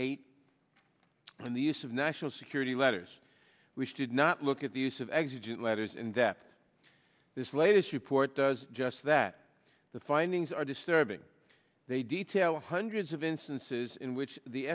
eight on the use of national security letters which did not look at the use of exit letters and that this latest report does just that the finding these are disturbing they detail hundreds of instances in which the